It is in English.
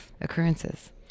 occurrences